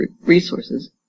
resources